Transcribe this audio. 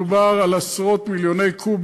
מדובר על עשרות-מיליוני קוב.